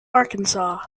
arkansas